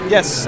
Yes